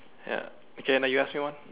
ya okay now you ask me one